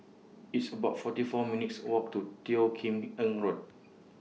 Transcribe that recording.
It's about forty four minutes' Walk to Teo Kim Eng Road